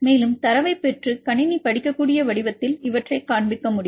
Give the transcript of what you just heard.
மேலும் தரவைப் பெற்று கணினி படிக்கக்கூடிய வடிவத்தில் இவற்றைக் காண்பிக்க வேண்டும்